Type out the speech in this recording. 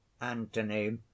Antony